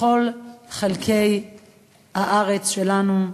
בכל חלקי הארץ שלנו,